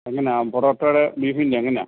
എങ്ങനെയാ പൊറോട്ടയുടെ ബീഫിന്റെ എങ്ങനെയാ